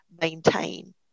maintain